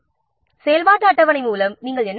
இப்போது செயல்பாட்டு அட்டவணை என்றால் என்ன